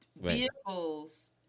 vehicles